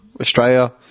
Australia